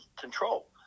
Control